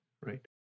right